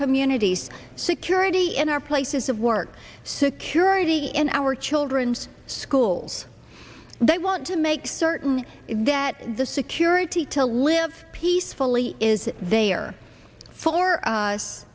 communities security in our places of work security in our children's schools they want to make certain that the security to live peacefully is they are for us